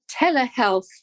telehealth